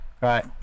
right